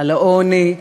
על העוני,